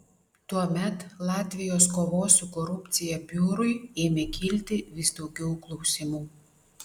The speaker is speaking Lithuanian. tuomet latvijos kovos su korupcija biurui ėmė kilti vis daugiau klausimų